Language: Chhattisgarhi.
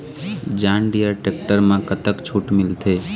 जॉन डिअर टेक्टर म कतक छूट मिलथे?